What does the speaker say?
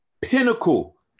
Pinnacle